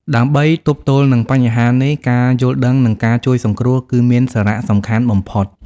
ដើម្បីទប់ទល់នឹងបញ្ហានេះ ការយល់ដឹង និងការជួយសង្គ្រោះគឺមានសារៈសំខាន់បំផុត។